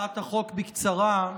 להודיעכם,